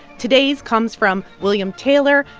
today's comes from william taylor,